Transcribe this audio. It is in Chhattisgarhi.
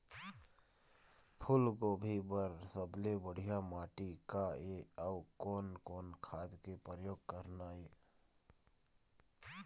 फूलगोभी बर सबले बढ़िया माटी का ये? अउ कोन कोन खाद के प्रयोग करना ये?